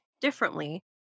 differently